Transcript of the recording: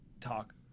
talk